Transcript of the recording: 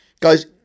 Guys